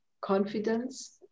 confidence